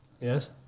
Yes